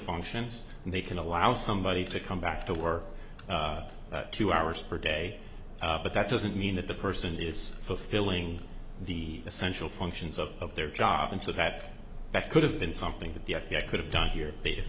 functions and they can allow somebody to come back to work two hours per day but that doesn't mean that the person is fulfilling the essential functions of of their job and so that that could have been something that the f b i could have done here if they